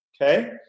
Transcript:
Okay